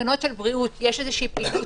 תקנות הבריאות מתירות פעילות